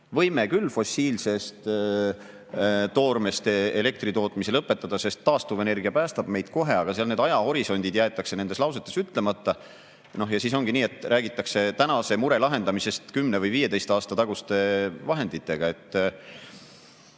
võime küll fossiilsest toormest elektri tootmise lõpetada, sest taastuvenergia päästab meid kohe. Aga ajahorisondid jäetakse nendes lausetes ütlemata. Ja siis ongi nii, et räägitakse tänase mure lahendamisest 10 või 15 aasta taguste vahenditega.